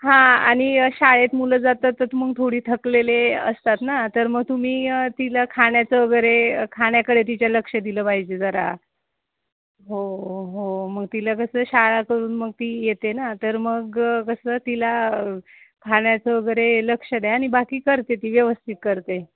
हां आणि शाळेत मुलं जातात तर तर मग थोडी थकलेले असतात ना तर मग तुम्ही तिला खाण्याचं वगैरे खाण्याकडे तिच्या लक्ष दिलं पाहिजे जरा हो हो मग तिला कसं शाळा करून मग ती येते ना तर मग कसं तिला खाण्याचं वगैरे लक्ष द्या आणि बाकी करते ती व्यवस्थित करते